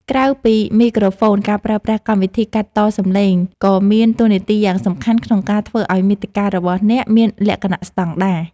ក្រៅពីមីក្រូហ្វូនការប្រើប្រាស់កម្មវិធីកាត់តសំឡេងក៏មានតួនាទីយ៉ាងសំខាន់ក្នុងការធ្វើឱ្យមាតិការបស់អ្នកមានលក្ខណៈស្តង់ដារ។